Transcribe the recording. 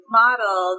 model